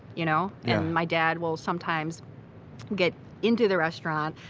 you know and my dad will sometimes get into the restaurant,